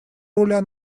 руля